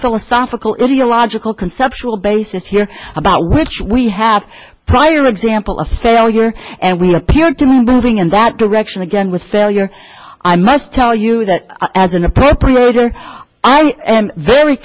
philosophical area logical conceptual basis here about which we have prior example of failure and we appear to moving in that direction again with failure i must tell you that as an appropriator i am very